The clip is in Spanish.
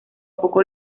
poco